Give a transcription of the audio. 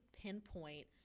pinpoint